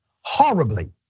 horribly